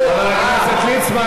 מה כבודו?